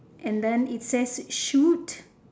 and then it says shoot